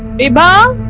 vibha